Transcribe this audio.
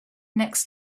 next